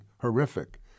horrific